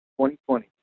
2020